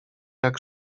jak